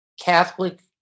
Catholic